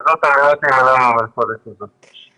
וזה על מנת להימנע מהמלכודת הזו.